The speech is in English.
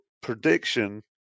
prediction